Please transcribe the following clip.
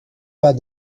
pas